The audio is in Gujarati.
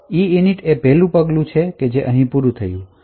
તેથી EINIT પછી તે પહેલું પગલું છે જે અહીં પૂરું થયું છે